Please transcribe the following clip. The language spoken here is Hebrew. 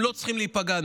הם לא צריכים להיפגע.